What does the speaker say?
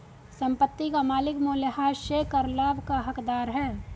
संपत्ति का मालिक मूल्यह्रास से कर लाभ का हकदार है